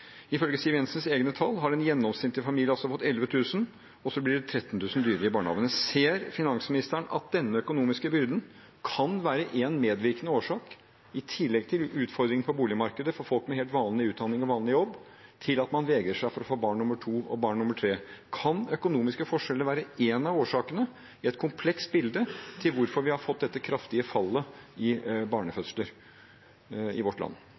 Ifølge Siv Jensens egne tall har en gjennomsnittlig familie altså fått 11 000, og så blir det 13 000 dyrere i barnehagen. Ser finansministeren at denne økonomiske byrden kan være en medvirkende årsak – i tillegg til utfordringen på boligmarkedet for folk med helt vanlig utdanning og jobb – til at man vegrer seg for å få barn nummer to og barn nummer tre? Kan økonomiske forskjeller være en av årsakene – i et komplekst bilde – til hvorfor vi har fått dette kraftige fallet i barnefødsler i vårt land?